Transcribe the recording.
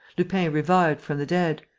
lupin revived from the dead,